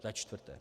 Za čtvrté.